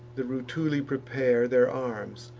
the rutuli prepare their arms,